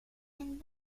and